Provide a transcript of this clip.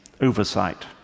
oversight